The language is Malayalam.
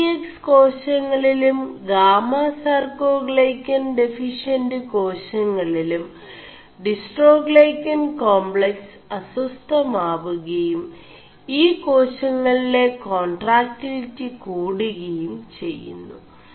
എം ഡി എക്സ് േകാശÆളിലും ഗാമസാർേ ാൈø ൻ െഡഫിഷç ് േകാശÆളിലും ഡിസ്േ4ടാൈøകാൻ േകാെfiക്സ് അസjമാകുകയും ഈ േകാശÆളിെല േകാൺ4ടാക്ിലിി കൂടുകയും െചgMു